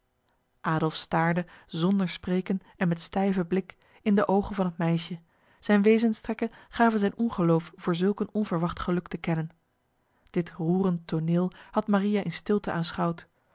adolf staarde zonder spreken en met stijve blik in de ogen van het meisje zijn wezenstrekken gaven zijn ongeloof voor zulk een onverwacht geluk te kennen dit roerend toneel had maria in stilte aanschouwd